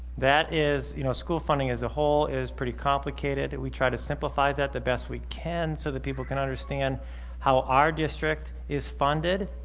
that is you know school funding as a whole is pretty complicated, and we try to simplify that the best we can so that people can understand how our district is funded,